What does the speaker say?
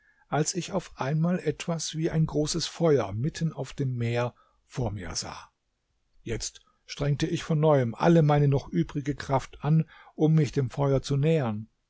als ich auf einmal etwas wie ein großes feuer mitten auf dem meer vor mir sah jetzt strengte ich von neuem alle meine noch übrige kraft an um mich dem feuer zu nähern